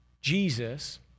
Jesus